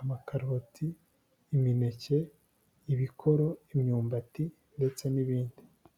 amakaroti, imineke, ibikoro, imyumbati ndetse n'ibindi.